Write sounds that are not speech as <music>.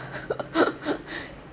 <laughs>